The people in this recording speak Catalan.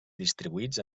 distribuïts